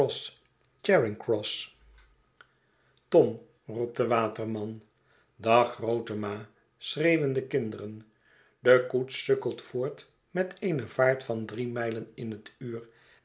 olden gross charing-cross tom i roopt de waterman dag grootema i schreeuwen de kinderen de koets sukkelt voort met eene vaart van drie mijlen in het uur